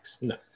No